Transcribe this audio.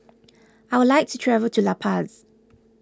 I would like to travel to La Paz